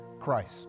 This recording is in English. Christ